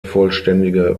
vollständige